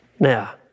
Now